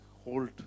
hold